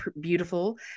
beautiful